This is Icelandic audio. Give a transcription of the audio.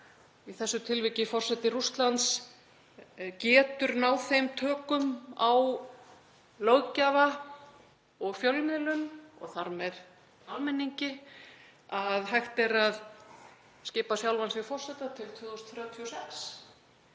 í þessu tilviki forseti Rússlands getur náð þeim tökum á löggjafa og fjölmiðlum, og þar með almenningi, að hann getur skipað sjálfan sig forseta til 2036,